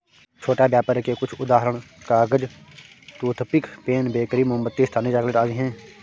छोटा व्यापर के कुछ उदाहरण कागज, टूथपिक, पेन, बेकरी, मोमबत्ती, स्थानीय चॉकलेट आदि हैं